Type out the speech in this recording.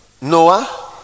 Noah